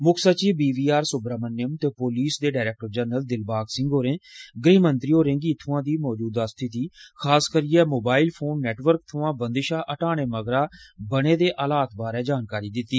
मुक्ख सचिव B V R Subrahmanyam ते पुलस दे डीजीपी दिलबाग सिंह होरें गृहमंत्री होरें गी इत्थुआं दी मजूदा स्थिति खास करियै मोबाइल फोन नेटवर्क थमां बंदशां हटाने मगरा पैदा होए दे हालात दी जानकारी दित्ती